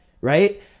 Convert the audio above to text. Right